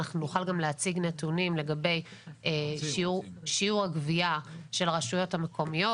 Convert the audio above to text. אנחנו נוכל גם להציג נתונים לגבי שיעור הגבייה של הרשויות המקומיות